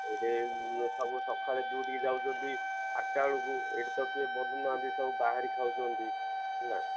ଏଇଠି ସବୁ ସକାଳେ ଡ୍ୟୁଟିକି ଯାଉଛନ୍ତି ଆଠଟା ବେଳକୁ ଏଠି ତ କିଏ ବସୁନାହାଁନ୍ତି ସବୁ ବାହାରେ ଖାଉଛନ୍ତି ହେଲା